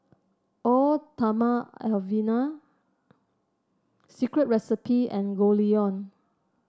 Eau Thermale Avene Secret Recipe and Goldlion